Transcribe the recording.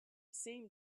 seem